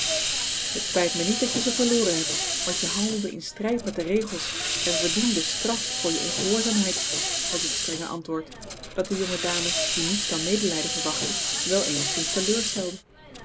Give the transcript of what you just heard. het spijt me niet dat je ze verloren hebt want je handelde in strijd met de regels en verdiende straf voor je ongehoorzaamheid was het strenge antwoord dat de jonge dame die niets dan medelijden verwachtte wel eenigszins teleurstelde